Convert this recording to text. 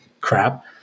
crap